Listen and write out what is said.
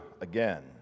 again